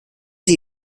sie